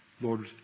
Lord